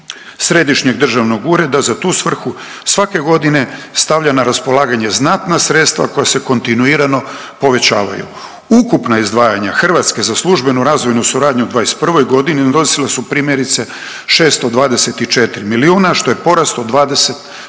Središnjeg državnog ureda za tu svrhu svake godine stavlja na raspolaganje znatna sredstva koja se kontinuirano povećavaju. Ukupna izdvajanja Hrvatske za službenu razvojnu suradnju u '21.g. iznosila su primjerice 624 milijuna, što je porast od 20,